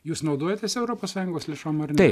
jūs naudojatės europos sąjungos lėšom ar ne